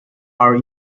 are